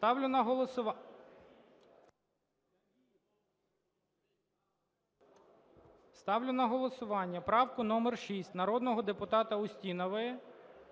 ставлю на голосування правку номер 6 народного депутата Устінової.